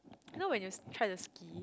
you know when you try to ski